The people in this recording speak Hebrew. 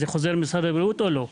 זה חוזר משרד הבריאות או לא?